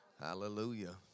Hallelujah